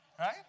Right